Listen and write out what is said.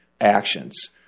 actions